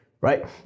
right